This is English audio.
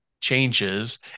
changes